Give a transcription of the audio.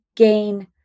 gain